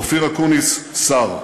אופיר אקוניס, שר,